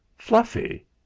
Fluffy